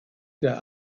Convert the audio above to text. der